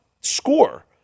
score